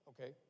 okay